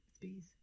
Bees